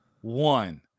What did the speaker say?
One